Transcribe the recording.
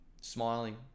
smiling